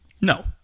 No